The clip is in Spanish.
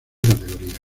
categoría